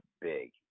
big